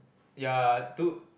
ya to